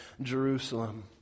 Jerusalem